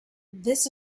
this